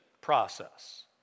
process